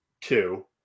two